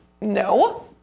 no